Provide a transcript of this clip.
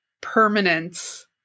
permanence